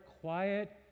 quiet